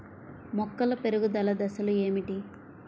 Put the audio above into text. మొక్కల పెరుగుదల దశలు ఏమిటి?